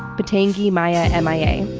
matangi maya m. i. a.